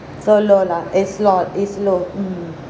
so low lah it's low it's low mm